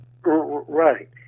right